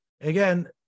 again